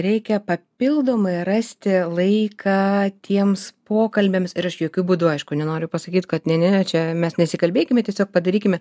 reikia papildomai rasti laiką tiems pokalbiams ir aš jokiu būdu aišku nenoriu pasakyt kad ne ne ne čia mes nesikalbėkime tiesiog padarykime